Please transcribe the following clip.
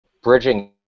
bridging